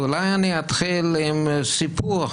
ואולי אני אתחיל עם סיפור.